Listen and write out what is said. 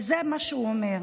וזה מה שהוא אומר: